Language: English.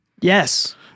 yes